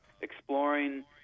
exploring